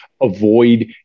avoid